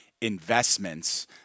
investments